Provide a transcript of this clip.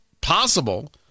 possible